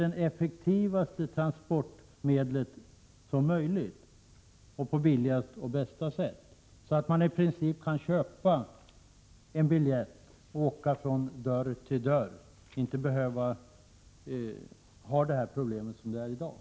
effektiva transportmedel som möjligt på billigaste och bästa sätt och så att Om befolkningsut man kan köpa en biljett och åka från dörr till dörr utan att ha det ordnat så É RE - vecklingen i Västersom jag nyss beskrev det? S norrlands län